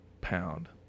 Pound